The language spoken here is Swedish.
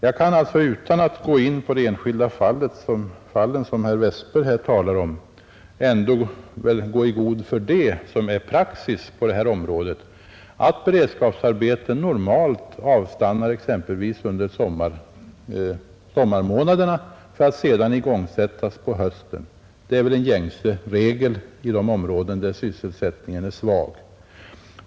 Jag kan alltså utan att gå in på de enskilda fall som herr Westberg här talar om ändå gå i god för det som är praxis på detta område, nämligen att ett beredskapsarbete normalt avstannar exempelvis under sommarmånaderna för att sedan igångsättas på hösten. Det är väl den gängse regeln i de områden där sysselsättningen är svag.